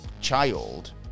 child